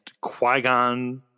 Qui-Gon